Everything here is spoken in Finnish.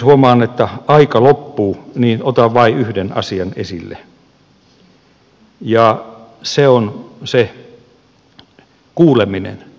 huomaan että aika loppuu niin että otan vain yhden asian esille ja se on se kuuleminen